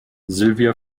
silvia